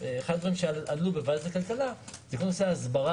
אחד הדברים שעלו בוועדת הכלכלה הוא כל נושא הסברה